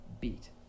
beat